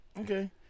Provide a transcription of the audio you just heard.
Okay